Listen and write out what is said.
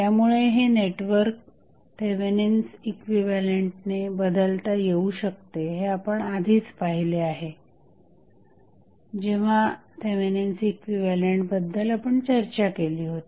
त्यामुळे हे network Thevenin's इक्विव्हॅलंटने बदलता येऊ शकते हे आपण आधीच पाहिले जेव्हा थेवेनिन्स इक्विव्हॅलंट बद्दल आपण चर्चा केली होती